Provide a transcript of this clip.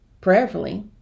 Prayerfully